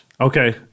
Okay